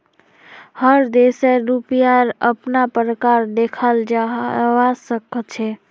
हर देशेर रुपयार अपना प्रकार देखाल जवा सक छे